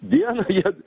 dieną jie